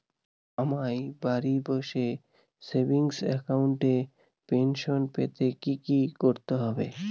আমায় বাড়ি বসে সেভিংস অ্যাকাউন্টে পেনশন পেতে কি কি করতে হবে?